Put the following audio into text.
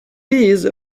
these